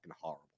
horrible